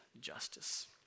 justice